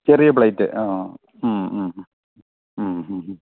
ചെറിയ പ്ലേറ്റ് ആ ഹമ് ഹമ് ഹമ് ഹമ് ഹമ് ഹമ്